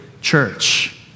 church